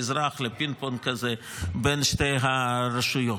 האזרח לפינג-פונג כזה בין שתי הרשויות.